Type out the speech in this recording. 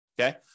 okay